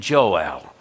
Joel